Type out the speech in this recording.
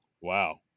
Wow